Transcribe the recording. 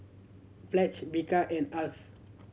Pledge Bika and Alf